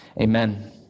Amen